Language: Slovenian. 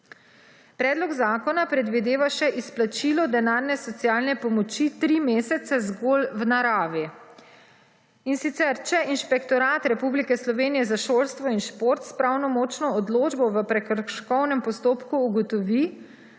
Predlog zakona predvideva še izplačilo denarne socialne pomoči 3 mesece zgolj v naravi. In sicer, če Inšpektorat Republike Slovenije za šolstvo in šport s pravnomočno odločbo v prekrškovnem postopku ugotovi,